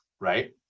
right